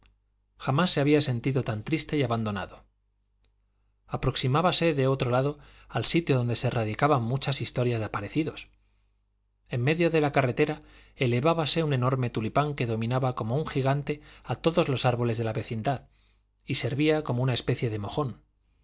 jamás se había sentido tan triste y abandonado aproximábase de otro lado al sitio donde se radicaban muchas historias de aparecidos en medio de la carretera elevábase un enorme tulipán que dominaba como un gigante a todos los árboles de la vecindad y servía como una especie de mojón